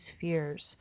fears